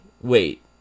wait